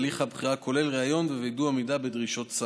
הליך הבחירה כולל ריאיון ווידוא עמידה בדרישות סף.